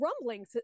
rumbling